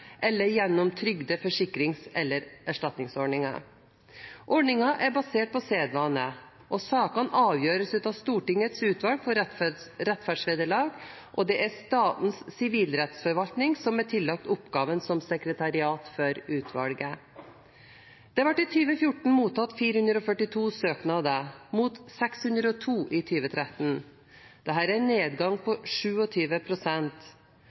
eller gjennom trygde-, forsikrings- eller erstatningsordninger. Ordningen er basert på sedvane. Sakene avgjøres av Stortingets utvalg for rettferdsvederlag, og det er Statens sivilrettsforvaltning som er tillagt oppgaven som sekretariat for utvalget. Det ble i 2014 mottatt 442 søknader, mot 602 i 2013. Dette er en nedgang på